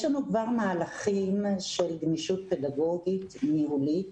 יש לנו כבר מהלכים של גמישות פדגוגית ניהולית.